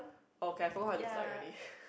okay I forgot how he looks like already